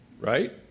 Right